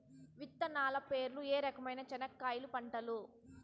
విత్తనాలు పేర్లు ఏ రకమైన చెనక్కాయలు పంటలు?